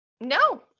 No